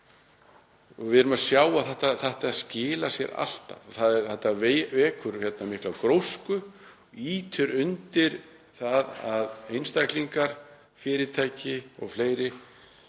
Við sjáum að það skilar sér alltaf. Það vekur mikla grósku, ýtir undir það að einstaklingar, fyrirtæki og fleiri